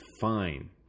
fine